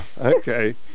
Okay